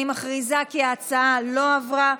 אני מכריזה כי ההצעה לא עברה.